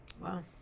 Wow